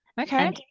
Okay